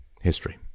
history